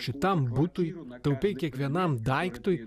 šitam butui taupei kiekvienam daiktui